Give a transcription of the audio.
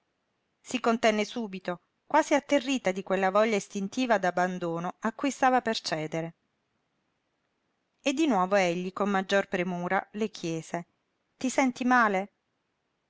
si contenne subito quasi atterrita di quella voglia istintiva d'abbandono a cui stava per cedere e di nuovo egli con maggior premura le chiese ti senti male